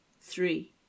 three